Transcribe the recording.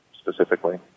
specifically